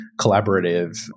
collaborative